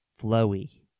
flowy